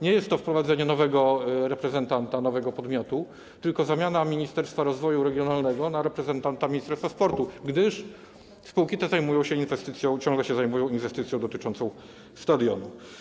Nie jest to wprowadzenie nowego reprezentanta, nowego podmiotu, tylko zamiana Ministerstwa Rozwoju Regionalnego na reprezentanta Ministerstwa Sportu, gdyż spółki te zajmują się inwestycją, ciągle się zajmują inwestycją dotyczącą stadionu.